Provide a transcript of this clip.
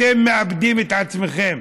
אתם מאבדים את עצמכם.